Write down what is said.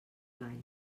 gall